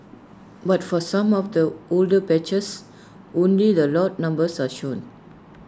but for some of the older batches only the lot numbers are shown